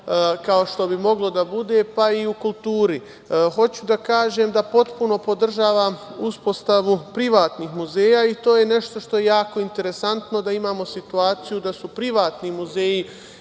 kao što bi moglo da bude, pa i u kulturi. Hoću da kažem da potpuno podržavam uspostavu privatnih muzeja. To je nešto što je jako interesantno, da imamo situaciju da su privatni muzeji